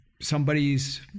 somebody's